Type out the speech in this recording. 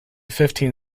fifteen